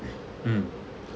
mm